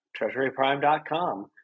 treasuryprime.com